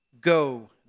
go